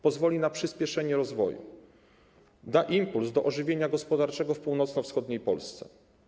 Pozwoli na przyspieszenie rozwoju, da impuls do ożywienia gospodarczego w północno-wschodniej Polsce.